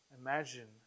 imagine